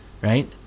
Right